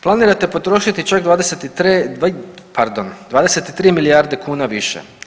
Planirate potrošiti čak 23, pardon 23 milijardi kuna više.